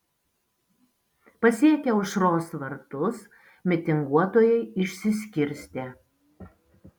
pasiekę aušros vartus mitinguotojai išsiskirstė